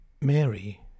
Mary